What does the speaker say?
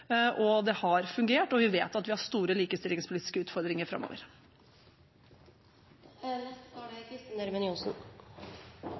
og det har fungert. Vi vet at vi har store likestillingspolitiske utfordringer